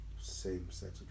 same-sex